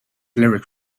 lyrics